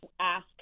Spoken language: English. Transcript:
ask